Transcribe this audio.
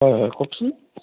হয় হয় কওকচোন